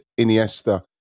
Iniesta